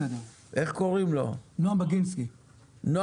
נועם בבקשה.